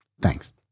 Thanks